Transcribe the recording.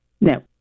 No